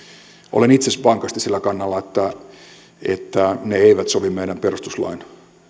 olen itse vankasti sillä kannalla että ei sovi meidän perustuslain